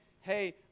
hey